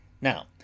Now